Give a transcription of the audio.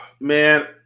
Man